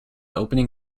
opening